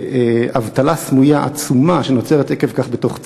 באבטלה סמויה עצומה שנוצרת עקב כך בתוך צה"ל.